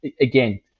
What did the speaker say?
again